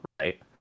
right